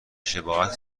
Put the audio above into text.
شباهت